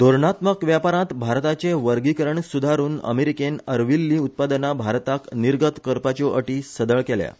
धोरणात्मक व्यापारांत भारताचें वर्गिकरण सुधारुन अमेरिकेन अर्विल्ल्या तंत्रज्ञानाची उत्पादना भारताक निर्गत करपाच्यो अटी सदळ केल्यात